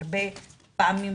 הרבה פעמים,